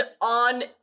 on